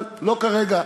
אבל לא כרגע,